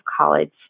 college